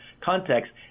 context